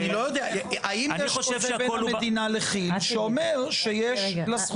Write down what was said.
האם יש חוזה בין המדינה לכי"ל שאומר שיש לה זכות